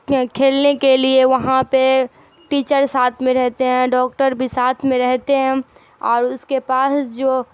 کھیلنے کے لیے وہاں پہ ٹیچر ساتھ میں رہتے ہیں ڈاکٹر بھی ساتھ میں رہتے ہیں اور اس کے پاس جو